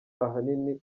ahanini